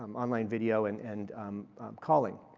um online video and and calling.